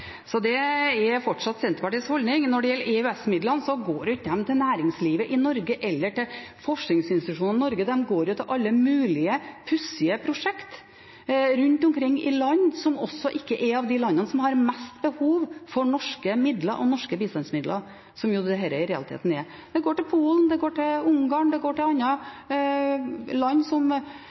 Så det er fortsatt Senterpartiets holdning. Når det gjelder EØS-midlene, går ikke de til næringslivet i Norge eller til forskningsinstitusjoner i Norge: De går til alle mulige pussige prosjekter rundt omkring i land som heller ikke er av dem som har mest behov for norske midler og norske bistandsmidler, som dette i realiteten er. De går til Polen, de går til Ungarn, de går til andre land som